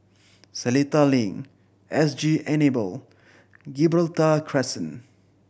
Seletar Link S G Enable Gibraltar Crescent